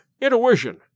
intuition